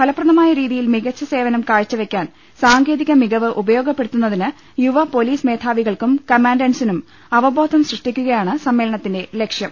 ഫലപ്രദമായ രീതിയിൽ മിക്കച്ച സേവനം കാഴ്ച വയ്ക്കാൻ സാങ്കേതിക ് മികവ് ഉപയോഗപ്പെടുത്തുന്നതിന് യുവ പൊലീസ് മേധാവികൾക്കും കമാൻഡൻസിനും അവബോധം സൃഷ്ടിക്കുകയാണ് സമ്മേളനത്തിന്റെ ലക്ഷ്യം